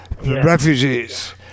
refugees